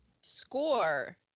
score